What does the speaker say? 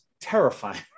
terrifying